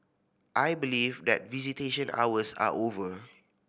I believe that visitation hours are over